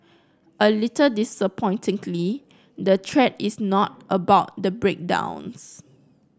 a little disappointingly the thread is not about the breakdowns